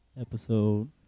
episode